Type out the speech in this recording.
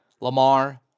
Lamar